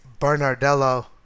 Bernardello